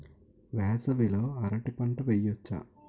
వేసవి లో అరటి పంట వెయ్యొచ్చా?